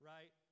Right